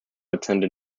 attended